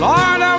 Lord